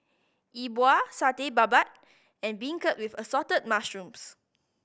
Yi Bua Satay Babat and beancurd with Assorted Mushrooms